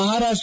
Maharashtra